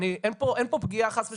אין פה פגיעה חס ושלום.